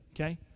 okay